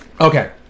Okay